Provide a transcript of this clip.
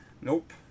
Nope